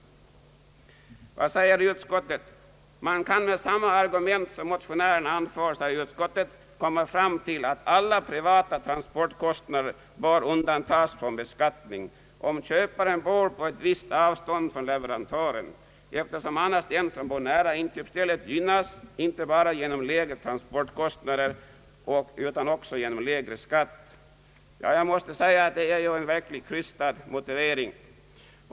Vidare säger utskottet: »Man kan med samma argument som motionärerna anför komma fram till att alla privata transportkostnader bör undantas från beskattning, om köparen bor på ett visst avstånd från leverantören, eftersom annars den som bor nära inköpsstället gynnas inte bara genom lägre transportkostnader utan även genom lägre skatt.» Jag måste säga att det är en verkligt krystad motivering.